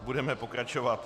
Budeme pokračovat.